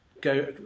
go